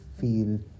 feel